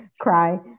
cry